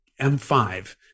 M5